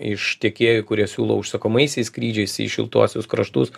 iš tiekėjų kurie siūlo užsakomaisiais skrydžiais į šiltuosius kraštus